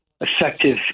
effective